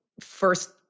first